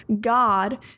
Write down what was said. God